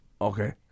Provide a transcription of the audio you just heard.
Okay